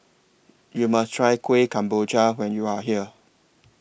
YOU must Try Kueh Kemboja when YOU Are here